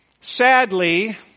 sadly